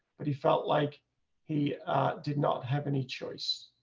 but he felt like he did not have any choice.